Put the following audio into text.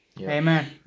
Amen